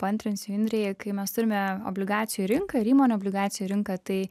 paantrinsiu indrei kai mes turime obligacijų rinką ir įmonių obligacijų rinką tai